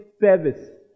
service